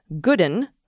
Gooden